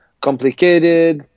complicated